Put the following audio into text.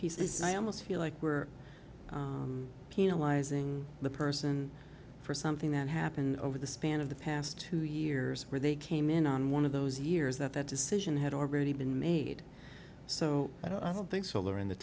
piece is i almost feel like we're penalizing the person for something that happened over the span of the past two years where they came in on one of those years that that decision had already been made so i don't think solar in the